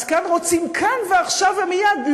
אז כאן רוצים כאן ועכשיו ומייד,